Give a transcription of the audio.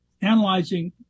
analyzing